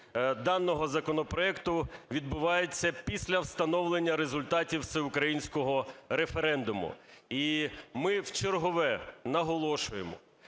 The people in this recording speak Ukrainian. даного законопроекту відбувається після встановлення результатів всеукраїнського референдуму. І ми вчергове наголошуємо,